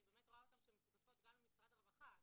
אני באמת רואה שהן משותפות גם למשרד הרווחה,